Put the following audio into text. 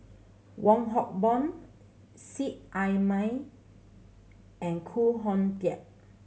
Wong Hock Boon Seet Ai Mee and Khoo Oon Teik